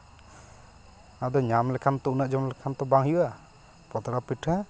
ᱟᱫᱚ ᱧᱟᱢ ᱞᱮᱠᱷᱟᱱ ᱛᱚ ᱩᱱᱟᱹᱜ ᱡᱚᱢ ᱞᱮᱠᱷᱟᱱ ᱵᱟᱝ ᱦᱩᱭᱩᱜᱼᱟ ᱯᱟᱛᱲᱟ ᱯᱤᱴᱷᱟᱹ